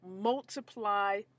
multiply